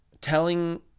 telling